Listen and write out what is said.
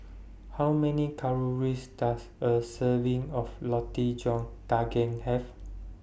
How Many Calories Does A Serving of Roti John Daging Have